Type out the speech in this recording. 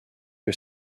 que